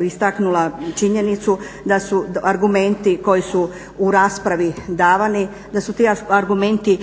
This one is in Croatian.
istaknula činjenicu da su argumenti koji su u raspravi davani, da su ti argumenti